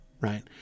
right